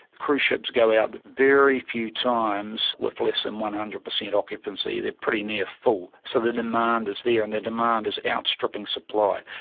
cruise ships go out very few times with less than one hundred per cent occupancy. they're pretty near full. so the demand is there, and the demand is outstripping supply.